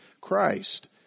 Christ